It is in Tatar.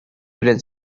белән